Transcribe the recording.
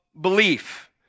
belief